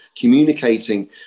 communicating